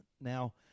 Now